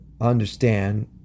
understand